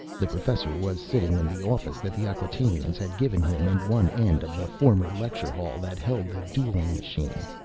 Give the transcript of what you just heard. the professor was sitting in the office that the acquatainians had given him in one end of the former lecture hall that held the dueling machine.